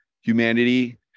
humanity